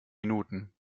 minuten